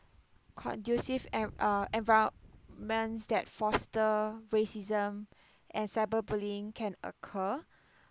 conducive en~ uh environments that foster racism and cyberbullying can occur